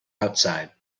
outside